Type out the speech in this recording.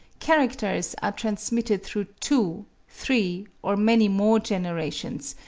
characters are transmitted through two, three, or many more generations,